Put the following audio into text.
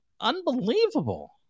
Unbelievable